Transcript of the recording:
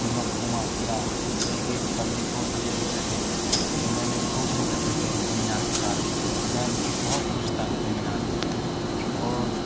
پھر میں گھوما پھرا دیکھے پبلک فوٹو بھی کھینچ رہے تھے تو میں نے بھی خوب فوٹو کھینچے قطب مینار کے ساتھ میں بہت خوش تھا قطب مینار پر اور